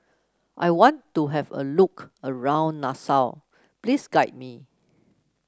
I want to have a look around Nassau please guide me